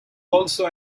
also